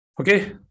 Okay